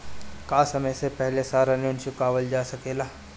का समय से पहले सारा ऋण चुकावल जा सकेला?